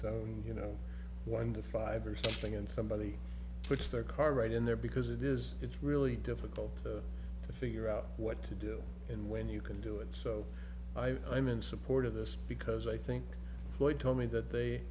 zone you know one to five or something and somebody puts their car right in there because it is it's really difficult to figure out what to do and when you can do it so i i'm in support of this because i think floyd told me that they